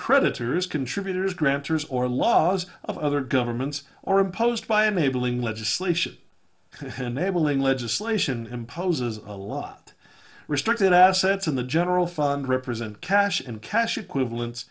creditors contributors grantors or laws of other governments or imposed by enabling legislation enabling legislation imposes a lot restricted assets in the general fund represent cash and cash equivalents